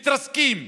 מתרסקים,